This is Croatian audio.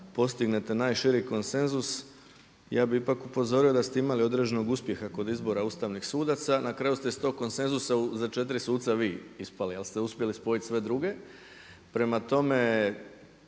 postignete najširi konsenzus ja bih ipak upozorio da ste imali određenog uspjeha kod izbora ustavnih sudaca, na kraju ste iz tog konsenzusa za 4 suca vi ispali ali ste uspjeli spojiti sve druge. Prema tome,